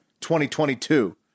2022